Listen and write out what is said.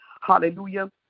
Hallelujah